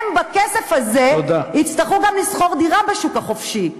הם, בכסף הזה, יצטרכו גם לשכור דירה בשוק החופשי.